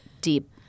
deep –